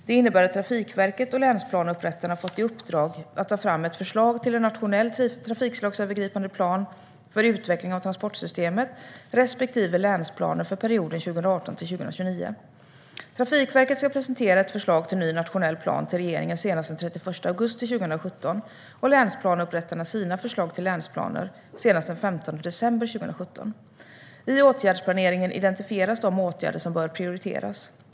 Det innebär att Trafikverket och länsplaneupprättarna fått i uppdrag att ta fram ett förslag till en nationell trafikslagsövergripande plan för utveckling av transportsystemet respektive länsplaner för perioden 2018-2029. Trafikverket ska presentera ett förslag till ny nationell plan till regeringen senast den 31 augusti 2017 och länsplaneupprättarna sina förslag till länsplaner senast den 15 december 2017. I åtgärdsplaneringen identifieras de åtgärder som bör prioriteras.